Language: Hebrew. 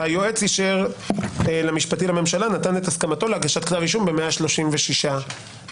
היועץ המשפטי לממשלה נתן את הסכמתו להגשת כתב אישום ב-136 מקרים.